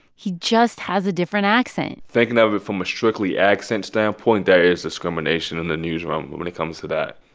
he just has a different accent thinking of it from a strictly accent standpoint, there is discrimination in the news room when it comes to that.